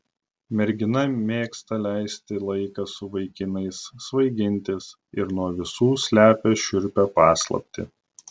mergina mėgsta leisti laiką su vaikinais svaigintis ir nuo visų slepia šiurpią paslaptį